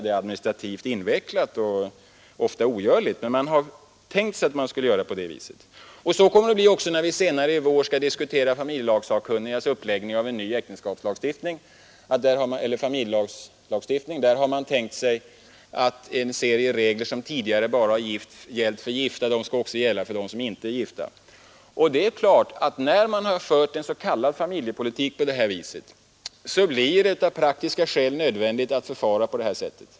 Det är administrativt invecklat och ofta ogörligt med denna kontroll. Ändå tvingas man in på den vägen. Så kommer det att visa sig bli också när vi senare i vår skall diskutera familjelagsakkunnigas uppläggning av en ny familjelagstiftning. Man har tänkt sig att en serie av regler, som tidigare bara har gällt för gifta, också skall gälla för icke gifta. När man har fört en s.k. familjepolitik som diskriminerar äktenskapet, blir det av praktiska skäl nödvändigt att förfara på detta sätt.